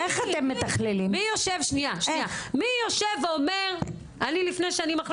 מי יושב ואומר אני לפני שאני מחליט